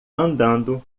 andando